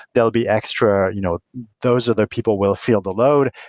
they'll be extra you know those other people will feel the load.